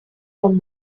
from